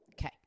Okay